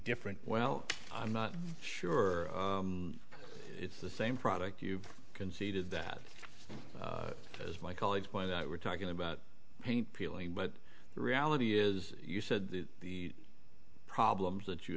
different well i'm not sure it's the same product you've conceded that as my colleagues point that we're talking about paint peeling but the reality is you said that the problems that you